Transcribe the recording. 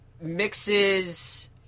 mixes